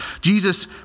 Jesus